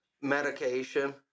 medication